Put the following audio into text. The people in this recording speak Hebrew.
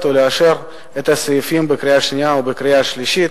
ולאשר את הסעיפים בקריאה שנייה ובקריאה שלישית.